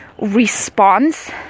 response